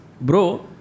bro